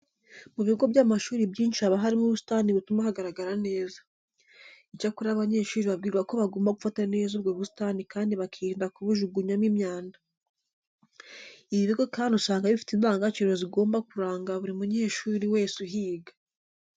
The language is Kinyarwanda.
Mu bigo by'amashuri byinshi haba harimo ubusitani butuma hagaragara neza. Icyakora abanyeshuri babwirwa ko bagomba gufata neza ubwo busitani kandi bakirinda kubujugunyamo imyanda. Ibi bigo kandi usanga bifite indangagaciro zigomba kuranga buri munyeshuri wese uhiga.